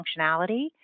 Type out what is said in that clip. functionality